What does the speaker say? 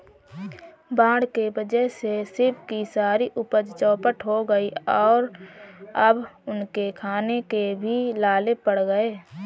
बाढ़ के वजह से शिव की सारी उपज चौपट हो गई और अब उनके खाने के भी लाले पड़ गए हैं